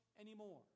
anymore